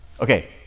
Okay